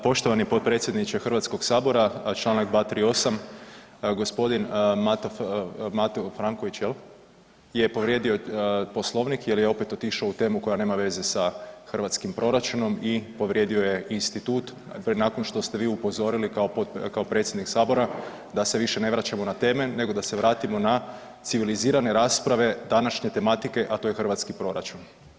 Poštovani potpredsjedniče Hrvatskog sabora članak 238. gospodin Mato Franković je povrijedio Poslovnik, jer je opet otišao u temu koja nema veze sa hrvatskim proračunom i povrijedio je institut nakon što ste vi upozorili kao predsjednik Sabora da se više ne vraćamo na teme, nego da se vratimo na civilizirane rasprave današnje tematike, a to je hrvatski proračun.